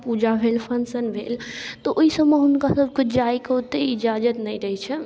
पूजा भेल फँक्शन भेल तऽ ओहि सबमे हुनका सबके जाएके ओतेक इजाजत नहि रहै छनि